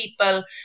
people